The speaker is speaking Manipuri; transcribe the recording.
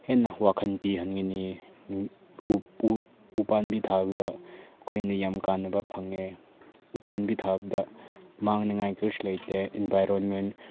ꯍꯦꯟꯅ ꯋꯥꯈꯜ ꯄꯤꯍꯟꯒꯅꯤ ꯎ ꯄꯥꯝꯕꯤ ꯊꯥꯕꯗ ꯑꯩꯈꯣꯏꯅ ꯌꯥꯝ ꯀꯥꯟꯅꯕ ꯐꯪꯉꯦ ꯎꯄꯥꯝꯕꯤ ꯊꯥꯕꯗ ꯃꯥꯡꯅꯤꯡꯉꯥꯏ ꯀꯔꯤꯁꯨ ꯂꯩꯇꯦ ꯏꯟꯚꯥꯏꯔꯣꯟ ꯃꯦꯟ